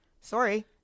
Sorry